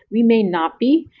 we may not be,